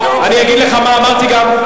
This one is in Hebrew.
אני אגיד לך מה אמרתי גם,